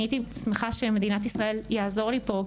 אני הייתי שמחה שמדינת ישראל תעזור לי פה,